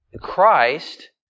Christ